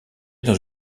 dans